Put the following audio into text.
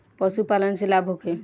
पशु पालन से लाभ होखे?